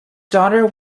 daughter